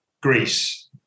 Greece